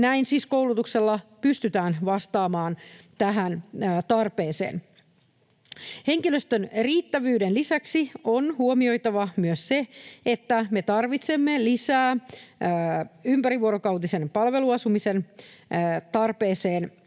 Näin siis koulutuksella pystytään vastaamaan tähän tarpeeseen. Henkilöstön riittävyyden lisäksi on huomioitava se, että me tarvitsemme lisää ympärivuorokautisen palveluasumisen tarpeeseen